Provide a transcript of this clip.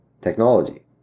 Technology